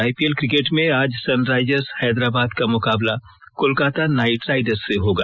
IPL cricket में आज Sunrisers Hyderabad का मुकाबला कोलकाता नाइट राइडर्स से होगा